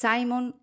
Simon